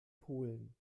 polen